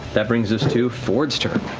that brings us to fjord's turn.